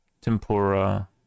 tempura